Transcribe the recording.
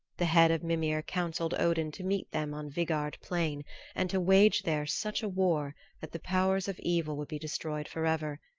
the head of mimir counseled odin to meet them on vigard plain and to wage there such war that the powers of evil would be destroyed forever,